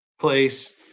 place